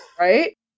Right